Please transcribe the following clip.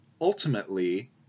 ultimately